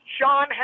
Sean